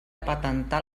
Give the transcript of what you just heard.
patentar